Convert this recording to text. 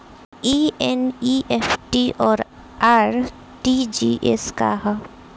ई एन.ई.एफ.टी और आर.टी.जी.एस का ह?